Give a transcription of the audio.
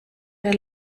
der